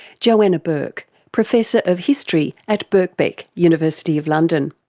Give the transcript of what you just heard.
joanna bourke, professor of history at birkbeck, university of london.